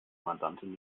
mandantin